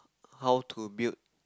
how to build